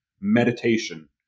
meditation